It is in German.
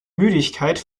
müdigkeit